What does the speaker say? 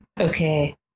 Okay